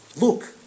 Look